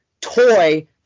toy